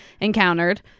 encountered